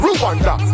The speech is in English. Rwanda